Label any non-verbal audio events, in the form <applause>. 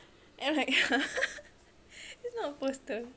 I'm like !huh! <laughs> that's not a poster